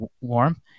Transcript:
warm